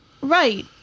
Right